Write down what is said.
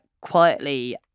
quietly